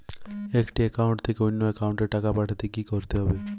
একটি একাউন্ট থেকে অন্য একাউন্টে টাকা পাঠাতে কি করতে হবে?